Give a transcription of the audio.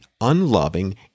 unloving